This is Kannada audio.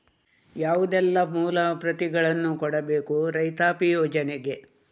ಯಾವುದೆಲ್ಲ ಮೂಲ ಪ್ರತಿಗಳನ್ನು ಕೊಡಬೇಕು ರೈತಾಪಿ ಯೋಜನೆಗೆ?